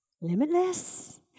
Limitless